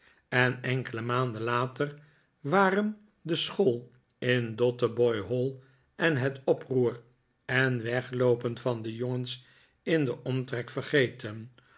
en enkele maanden later waren de school in dotheboys hall en het oproer en wegloopen van de jongens in den omtrek vergeten